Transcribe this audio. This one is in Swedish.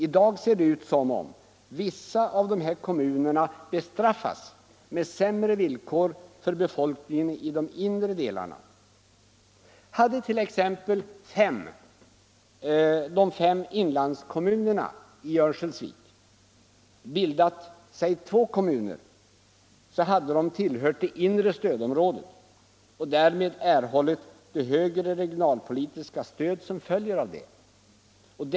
I dag ser det ut som om vissa av dessa kommuner bestraffas med sämre villkor för befolkningen i de inre delarna. Hade t.ex. de fem inlandskommunerna i Örnsköldsvik bildat låt oss säga två kommuner, så hade de tillhört det inre stödområdet och därmed erhållit de högre regionalpolitiska stöd som följer därav.